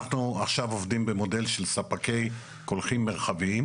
אנחנו עובדים עכשיו במודל של ספקי קולחים מרחביים.